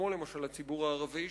כמו למשל הציבור הערבי,